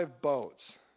boats